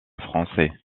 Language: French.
français